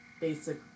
basic